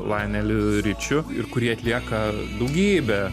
laineliu ričiu ir kurį atlieka daugybė